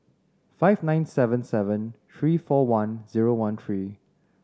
five nine seven seven three four one zero one three